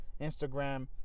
Instagram